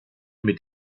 mit